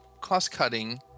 cost-cutting